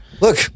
Look